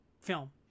film